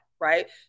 right